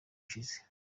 ishize